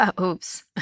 Oops